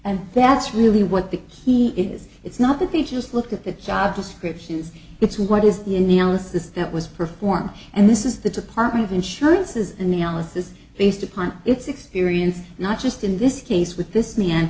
and that's really what the key is it's not that they just look at the job descriptions it's what is in the alice is that was performed and this is the department of insurance is an analysis based upon its experience not just in this case with this man